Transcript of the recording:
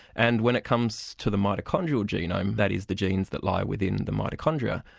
and when it comes to the mitochondrial genome, that is the genes that lie within the mitochondria,